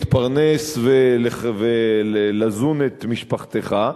להתפרנס ולזון את משפחתך,